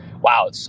wow